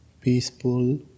peaceful